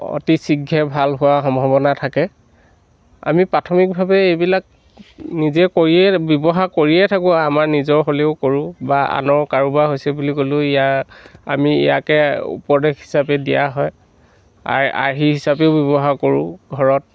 অতি শীঘ্ৰে ভাল হোৱাৰ সম্ভাৱনা থাকে আমি প্ৰাথমিকভাৱে এইবিলাক নিজে কৰিয়ে ব্যৱহাৰ কৰিয়ে থাকোঁ আমাৰ নিজৰ হ'লেও কৰোঁ বা আনৰ কাৰোবাৰ হৈছে বুলি ক'লেও ইয়াৰ আমি ইয়াকে উপদেশ হিচাপে দিয়া হয় আৰ্ আৰ্হি হিচাপেও ব্যৱহাৰ কৰোঁ ঘৰত